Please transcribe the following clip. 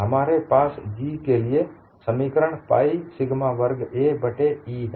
हमारे पास G के लिए समीकरण पाइ सिग्मा वर्ग a बट्टे E है